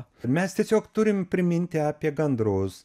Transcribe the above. mes tiesiog turim priminti apie gandrus